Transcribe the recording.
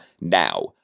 now